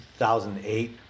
2008